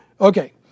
Okay